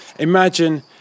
Imagine